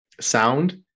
sound